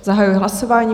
Zahajuji hlasování.